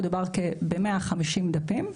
מדובר ב-150 דפים,